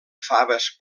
faves